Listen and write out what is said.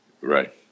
right